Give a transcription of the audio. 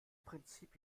prinzip